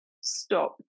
stop